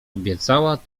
obiecała